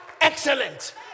excellent